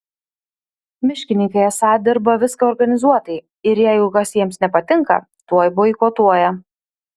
miškininkai esą dirba viską organizuotai ir jeigu kas jiems nepatinka tuoj boikotuoja